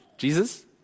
Jesus